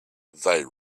they